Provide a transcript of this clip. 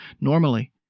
Normally